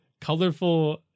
colorful